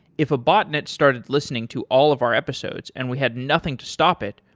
if a botnet started listening to all of our episodes and we had nothing to stop it,